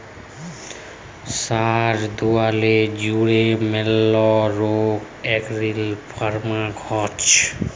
সারা দুলিয়া জুড়ে ম্যালা রোক অর্গ্যালিক ফার্মিং হচ্যে